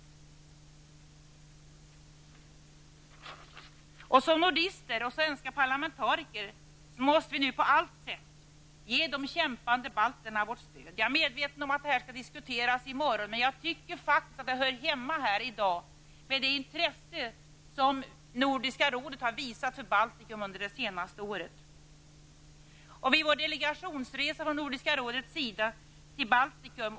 Vi måste nu, som nordister och svenska parlamentariker, på alla sätt ge de kämpande balterna vårt stöd. Jag är medveten om att detta skall diskuteras i morgon, men jag tycker faktiskt, med det intresse som Nordiska rådet har visat för Baltikum under det senaste året, att det hör hemma här i dag.